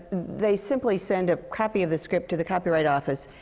they simply send a copy of the script to the copyright office.